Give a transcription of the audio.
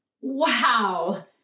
wow